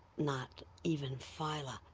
not even phyla,